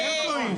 אתה מטעה.